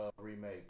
remake